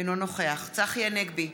אינו נוכח צחי הנגבי,